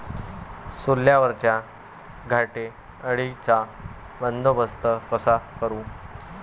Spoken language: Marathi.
सोल्यावरच्या घाटे अळीचा बंदोबस्त कसा करू?